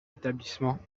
établissements